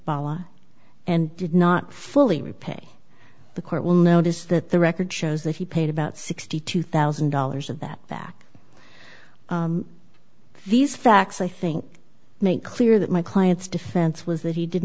bauer and did not fully repay the court will notice that the record shows that he paid about sixty two thousand dollars of that back these facts i think make clear that my client's defense was that he did